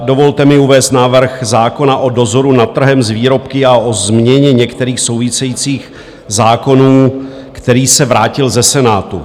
Dovolte mi uvést návrh zákona o dozoru nad trhem s výrobky a o změně některých souvisejících zákonů, který se vrátil ze Senátu.